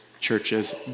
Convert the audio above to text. churches